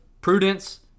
prudence